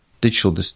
digital